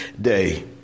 day